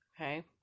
okay